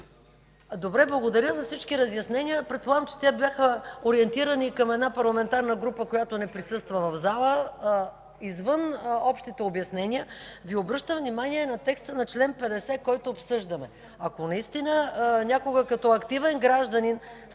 Добре, благодаря за всички разяснения, предполагам, че те бяха ориентирани към една парламентарна група, която не присъства в залата. Извън общите обяснения Ви обръщам внимание на текста на чл. 50, който обсъждаме. Ако наистина някога, като активен гражданин